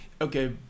Okay